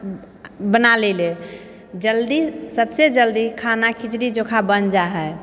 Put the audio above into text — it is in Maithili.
बना लै लए जल्दी सबसँ जल्दी खाना खिचड़ी चोखा बनि जाइ है